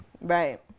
Right